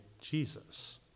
Jesus